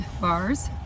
bars